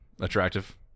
attractive